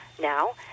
now